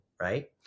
right